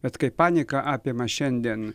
bet kai paniką apima šiandien